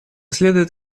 следует